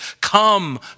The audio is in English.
Come